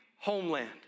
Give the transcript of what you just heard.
homeland